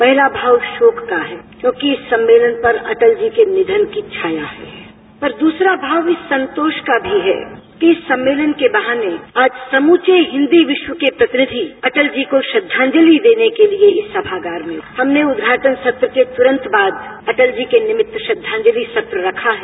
पहला भाव शोक का है क्योंकि इस सम्मेलन पर अटल जी के निधन की छाया है और दूसरी भाव इस संतोष का भी है कि इस सम्मेलन के बहाने आज समूचे हिंदी विश्व के प्रतिनिधि अटल जी को श्रद्धांजलि देने के लिए इस सभगार में हमने उद्घाटन सत्र के तुरंत बाद अटल जी के निमित श्रद्धांजलि सत्र रखा है